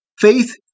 Faith